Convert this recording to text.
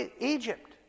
Egypt